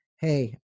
Hey